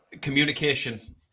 Communication